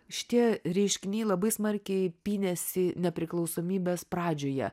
šitie reiškiniai labai smarkiai pynėsi nepriklausomybės pradžioje